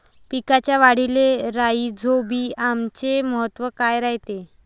पिकाच्या वाढीले राईझोबीआमचे महत्व काय रायते?